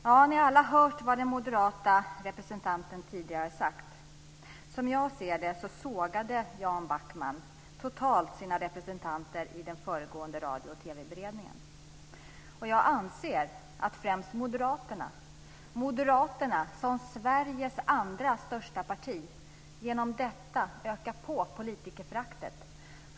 Ni har alla hört vad den moderata representanten tidigare har sagt. Som jag ser det sågade Jan Backman totalt sina representanter i den föregående radiooch TV-beredningen. Jag anser att främst Moderaterna, Sveriges näst största parti, genom detta ökar på politikerföraktet.